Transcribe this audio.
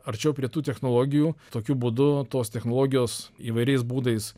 arčiau prie tų technologijų tokiu būdu tos technologijos įvairiais būdais